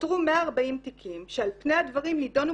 אותרו 140 תיקים שעל פני הדברים נדונו